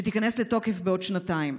שתיכנס לתוקף בעוד שנתיים.